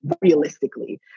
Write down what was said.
realistically